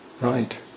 Right